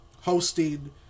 hosting